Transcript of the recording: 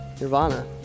Nirvana